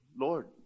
Lord